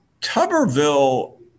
Tuberville